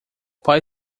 pai